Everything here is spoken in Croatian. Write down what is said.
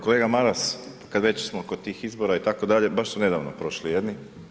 Kolega Maras, kad već smo kod tih izbora itd., baš su nedavno prošli jedni.